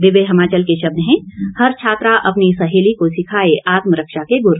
दिव्य हिमाचल के शब्द हैं हर छात्रा अपनी सहेली को सिखाए आत्मरक्षा के गुर